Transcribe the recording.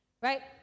right